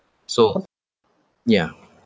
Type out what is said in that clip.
so ya